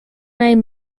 mijn